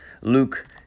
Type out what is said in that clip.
Luke